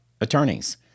attorneys